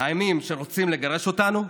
העמים שרוצים לגרש אותנו,